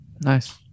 nice